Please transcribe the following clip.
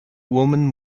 woman